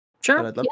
Sure